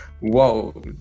whoa